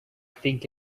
think